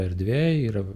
erdvėj yra